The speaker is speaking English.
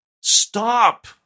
Stop